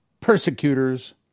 persecutors